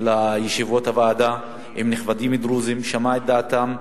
לישיבות הוועדה עם נכבדים דרוזים, שמע את דעתם,